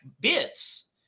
bits